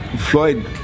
Floyd